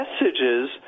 messages